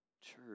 church